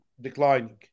declining